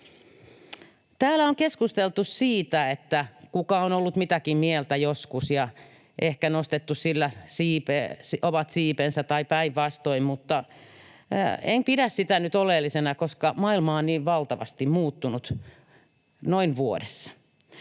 Täällä on keskusteltu siitä, kuka on ollut mitäkin mieltä joskus, ja ehkä nostettu sillä omat siipensä tai päinvastoin, mutta en pidä sitä nyt oleellisena, koska maailma on niin valtavasti muuttunut noin vuodessa.